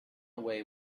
away